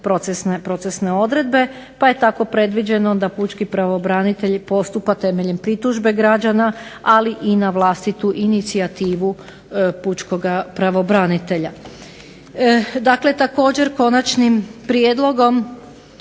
procesne odredbe, pa je tako predviđeno da pučki pravobranitelj postupa temeljem pritužbe građana ali i na vlastitu inicijativu pučkog pravobranitelja. Dakle, također konačnim prijedlogom